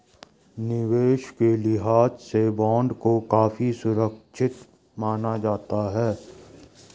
निवेश के लिहाज से बॉन्ड को काफी सुरक्षित माना जाता है